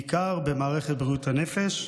בעיקר במערכת בריאות הנפש.